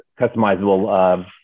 customizable